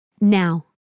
Now